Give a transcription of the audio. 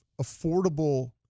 affordable